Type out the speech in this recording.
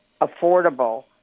affordable